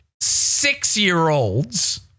six-year-olds